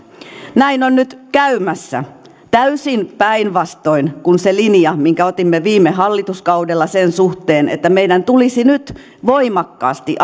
näin on nyt käymässä täysin päinvastoin kuin se linja minkä otimme viime hallituskaudella sen suhteen että meidän tulisi nyt voimakkaasti